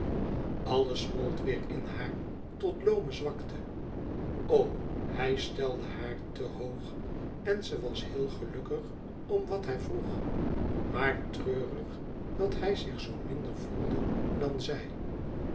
alles smolt weêr in haar tot loome zwakte o hij stelde haar te hoog en ze was heel gelukkig om wat hij vroeg maar treurig dat hij zich zoo minder voelde dan zij